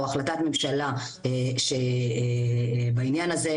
או החלטת ממשלה בעניין הזה,